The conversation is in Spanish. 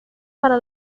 para